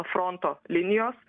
fronto linijos